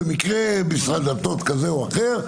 במקרה משרד הדתות כזה או אחר,